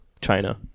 China